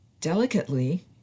Delicately